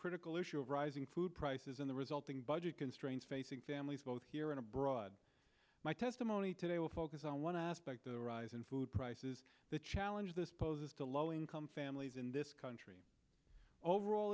critical issue of rising food prices and the resulting budget constraints facing families both here and abroad my testimony today will focus on one aspect the rise in food prices the challenge this poses to low income families in this country overall